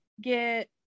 get